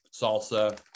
salsa